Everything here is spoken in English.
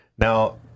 Now